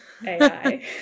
AI